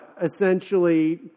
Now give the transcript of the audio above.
essentially